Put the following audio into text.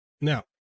Now